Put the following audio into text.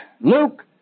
Luke